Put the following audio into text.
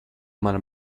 mana